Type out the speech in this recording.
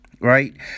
right